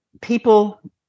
people